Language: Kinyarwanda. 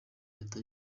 leta